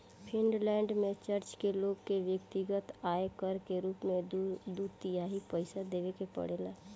Finland में church के लोग के व्यक्तिगत आय कर के रूप में दू तिहाई पइसा देवे के पड़ेला